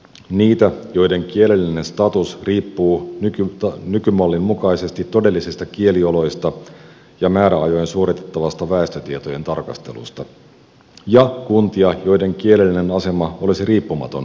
niitä joiden kielellinen status riippuu nykymallin mukaisesti todellisista kielioloista ja määräajoin suoritettavasta väestötietojen tarkastelusta ja kuntia joiden kielellinen asema olisi riippumaton kielisuhteista